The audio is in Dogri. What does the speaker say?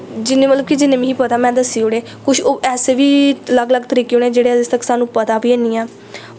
जिन्ने मतलब कि जिन्ने मिगी पता में दस्सी ओड़े कुछ ऐसे बी अलग अलग तरीके होने जेह्ड़े अज्ज तक सानूं पता बी हैनी ऐ